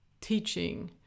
teaching